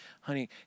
honey